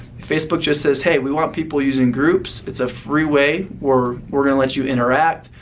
if facebook just says, hey, we want people using groups, it's a free way, we're we're going to let you interact,